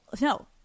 no